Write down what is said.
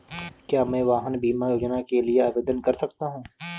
क्या मैं वाहन बीमा योजना के लिए आवेदन कर सकता हूँ?